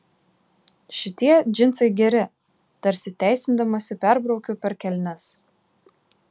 šitie džinsai geri tarsi teisindamasi perbraukiu per kelnes